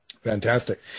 Fantastic